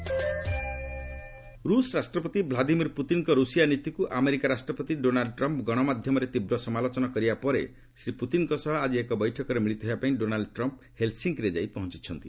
Trump Putin ରୁଷ ରାଷ୍ଟ୍ରପତି Vladimir ପୁତିନ୍ଙ୍କ ରୁଷିଆ ନୀତିକୁ ଆମେରିକା ରାଷ୍ଟ୍ରପତି ଡୋନାଲ୍ଚ ଟ୍ରମ୍ପ୍ ଗଣମାଧ୍ୟମରେ ତୀବ୍ର ସମାଲୋଚନା କରିବା ପରେ ଶ୍ରୀ ପୁତିନ୍ଙ୍କ ସହ ଆକି ଏକ ବୈଠକରେ ମିଳିତ ହେବା ପାଇଁ ଡୋନାଲ୍ ଟ୍ରମ୍ପ୍ ହେଲ୍ସିଙ୍କିରେ ଯାଇ ପହଞ୍ଚିଛନ୍ତି